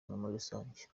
rusange